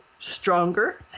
stronger